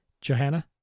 Johanna